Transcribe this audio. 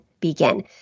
begin